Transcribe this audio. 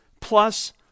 plus